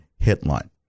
headline